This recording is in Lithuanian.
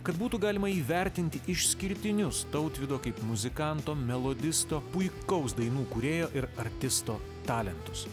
kad būtų galima įvertinti išskirtinius tautvydo kaip muzikanto melodisto puikaus dainų kūrėjo ir artisto talentus